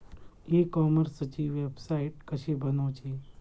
E कॉमर्सची website कशी बनवची?